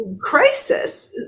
crisis